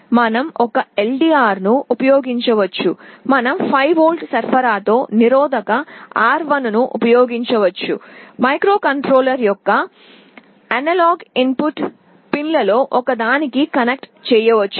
మనం ఒక LDR ను ఉపయోగించవచ్చు మనం 5V సరఫరాతో నిరోధక R1 ను ఉపయోగించవచ్చు మైక్రోకంట్రోలర్ యొక్క అనలాగ్ ఇన్పుట్ పిన్లలో ఒకదానికి కనెక్ట్ చేయవచ్చు